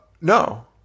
No